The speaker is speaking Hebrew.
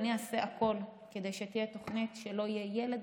ואני אעשה הכול כדי שתהיה תוכנית שלא יהיה ילד